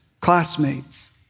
classmates